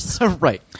Right